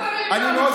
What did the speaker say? אני מאוד מקווה,